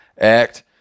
Act